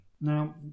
Now